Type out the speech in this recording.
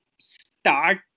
start